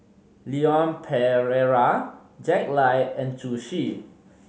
Leon Perera Jack Lai and Zhu Xu